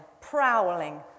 prowling